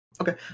okay